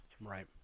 Right